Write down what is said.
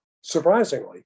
surprisingly